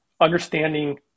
understanding